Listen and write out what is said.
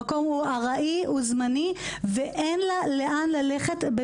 המקום זמני ואין לה לאן ללכת,